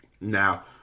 Now